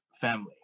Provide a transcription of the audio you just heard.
family